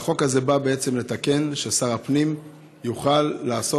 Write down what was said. החוק הזה בא לתקן: שר הפנים יוכל לעשות,